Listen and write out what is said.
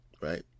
right